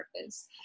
purpose